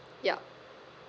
ya